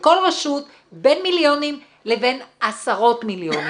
כל רשות בין מיליונים לבין עשרות מיליונים.